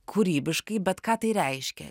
kūrybiškai bet ką tai reiškia